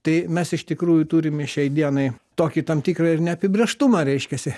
tai mes iš tikrųjų turime šiai dienai tokį tam tikrą ir neapibrėžtumą reiškiasi